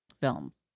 films